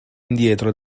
indietro